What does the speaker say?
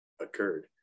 occurred